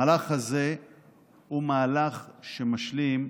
המהלך הזה הוא מהלך משלים,